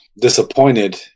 disappointed